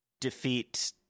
defeat